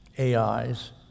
AIs